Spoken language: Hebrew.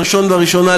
ראשון וראשונה,